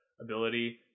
ability